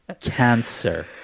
cancer